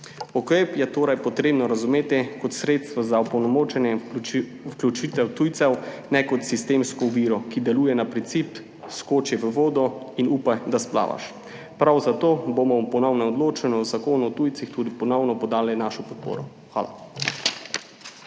Ukrep je torej treba razumeti kot sredstvo za opolnomočenje in vključitev tujcev, ne kot sistemsko oviro, ki deluje na princip skoči v vodo in upaj, da splavaš. Prav zato bomo ob ponovnem odločanju o Zakonu o tujcih tudi ponovno podali našo podporo. Hvala.